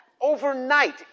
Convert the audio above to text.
Overnight